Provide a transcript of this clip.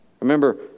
Remember